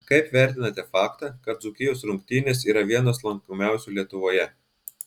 kaip vertinate faktą kad dzūkijos rungtynės yra vienas lankomiausių lietuvoje